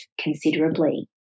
considerably